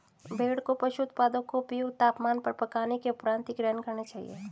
भेड़ को पशु उत्पादों को उपयुक्त तापमान पर पकाने के उपरांत ही ग्रहण करना चाहिए